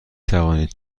توانید